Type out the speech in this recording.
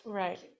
right